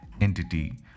entity